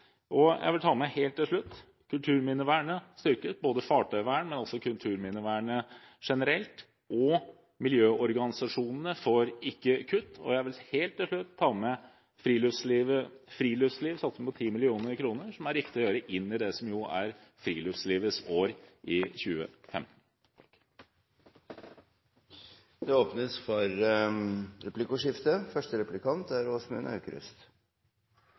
Jeg vil ta med til slutt at kulturminnevernet styrkes – både fartøyvern og kulturminnevernet generelt – og miljøorganisasjonene får ikke kutt. Jeg vil helt til slutt ta med friluftsliv, en satsing på 10 mill. kr, som er riktig å gjøre i det som er Friluftslivets år – 2015. Det blir replikkordskifte.